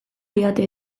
didate